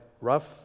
rough